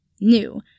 New